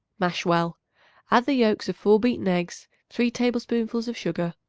mash well add the yolks of four beaten eggs, three tablespoonfuls of sugar,